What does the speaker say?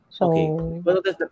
Okay